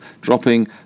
dropping